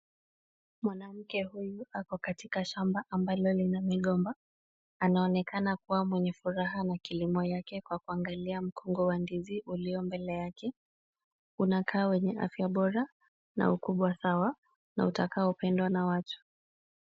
Mwanamke huyu ako katika shamba ambalo lina migomba. Anaonekana kuwa mwenye furaha na kilimo yake kwa kuangalia mgomba ulio mbele yake. Unakaa wenye afya bora na ukubwa sawa na utakaopendwa na watu.